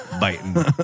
biting